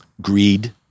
Greed